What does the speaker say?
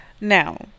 Now